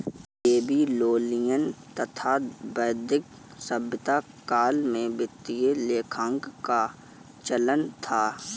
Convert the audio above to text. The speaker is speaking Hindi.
बेबीलोनियन तथा वैदिक सभ्यता काल में वित्तीय लेखांकन का चलन था